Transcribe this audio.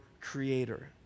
creator